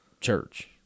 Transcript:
church